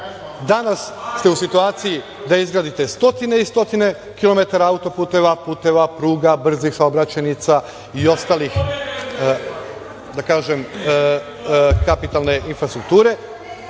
danas ste u situaciji da izgradite stotine i stotine km auto puta, puteva, pruga i brzih saobraćajnica i ostalih kapitalne infrastrukture,